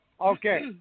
Okay